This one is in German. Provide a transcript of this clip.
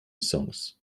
songs